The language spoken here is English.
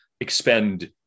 expend